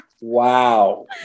Wow